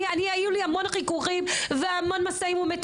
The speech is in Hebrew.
אני, היו לי המון חיכוכים והמון משאים-ומתנים.